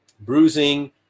bruising